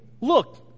Look